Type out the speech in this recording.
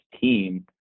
team